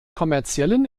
kommerziellen